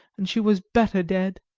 and she was better dead.